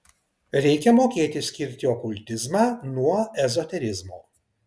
reikia mokėti skirti okultizmą nuo ezoterizmo